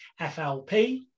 FLP